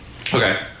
Okay